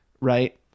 right